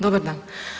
Dobar dan.